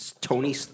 Tony